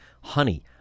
honey